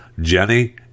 Jenny